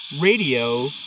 radio